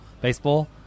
baseball